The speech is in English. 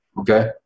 Okay